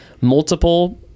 multiple